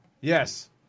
Yes